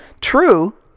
true